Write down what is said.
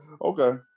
Okay